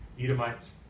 Edomites